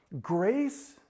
Grace